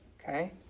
Okay